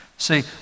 See